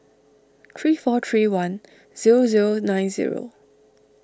three four three one zero zero nine zero